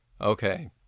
Okay